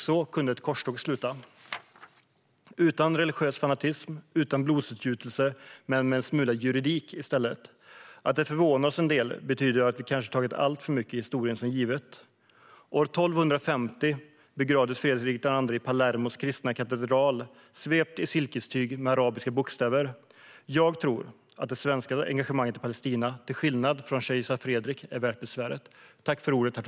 Så kunde ett korståg sluta, utan religiös fanatism, utan blodsutgjutelse, men med en smula juridik i stället. Att det förvånar oss en del betyder kanske att vi tagit alltför mycket i historien som givet. År 1250 begravdes Fredrik II i Palermos kristna katedral svept i silkestyg med arabiska bokstäver. Jag tror att det svenska engagemanget i Palestina, till skillnad från kejsar Fredriks, är värt besväret.